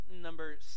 number